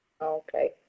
Okay